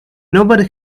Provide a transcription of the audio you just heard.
nobody